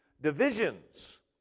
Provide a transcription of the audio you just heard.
divisions